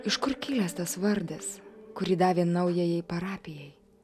iš kur kilęs tas vardas kurį davė naujajai parapijai